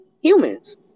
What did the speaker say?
humans